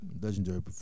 Legendary